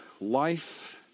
Life